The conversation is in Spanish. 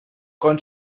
con